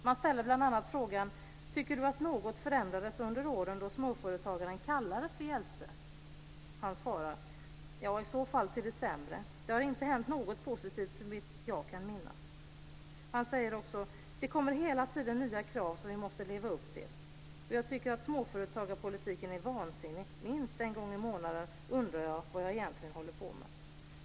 Man ställer bl.a. frågan: Tycker du att något förändrades under åren då småföretagaren kallades för hjälte? Den här småföretagaren svarar: Ja, i så fall till det sämre. Det har inte hänt något positivt såvitt jag kan minnas. Han säger också: Det kommer hela tiden nya krav som vi måste leva upp till. Jag tycker att småföretagarpolitiken är vansinnig. Minst en gång i månaden undrar jag vad jag egentligen håller på med.